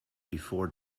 before